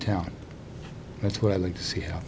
town that's what i'd like to see h